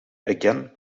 again